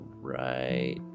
right